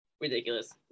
ridiculous